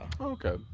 okay